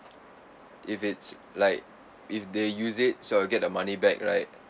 if it's like if they use it so I'll get the money back right